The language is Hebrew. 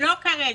לא כרגע.